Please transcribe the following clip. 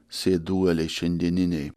sėduoliai šiandieniniai